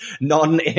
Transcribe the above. non